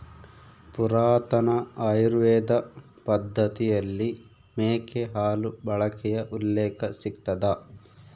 ಪುರಾತನ ಆಯುರ್ವೇದ ಪದ್ದತಿಯಲ್ಲಿ ಮೇಕೆ ಹಾಲು ಬಳಕೆಯ ಉಲ್ಲೇಖ ಸಿಗ್ತದ